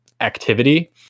activity